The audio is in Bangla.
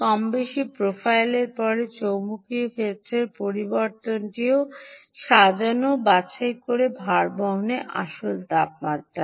কমবেশি প্রোফাইলের পরে চৌম্বকীয় ক্ষেত্রের পরিবর্তনটিও সাজানো বাছাই করে ভারবহন আসল তাপমাত্রা